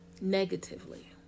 negatively